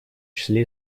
числе